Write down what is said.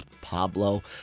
Pablo